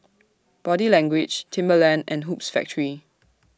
Body Language Timberland and Hoops Factory